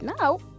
now